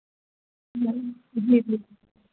जी जी